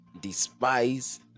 despise